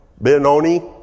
Ben-Oni